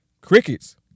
crickets